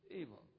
Evil